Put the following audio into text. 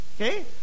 Okay